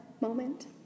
moment